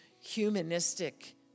humanistic